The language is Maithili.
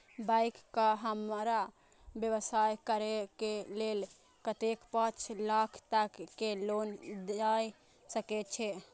बैंक का हमरा व्यवसाय करें के लेल कतेक पाँच लाख तक के लोन दाय सके छे?